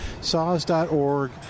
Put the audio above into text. SAWS.org